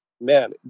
man